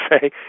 say